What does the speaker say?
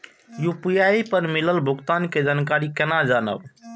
UPI पर मिलल भुगतान के जानकारी केना जानब?